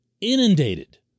inundated